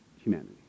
humanity